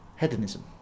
hedonism